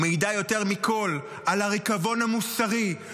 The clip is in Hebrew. -- מעידה יותר מכול על הריקבון המוסרי,